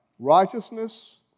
righteousness